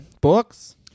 Books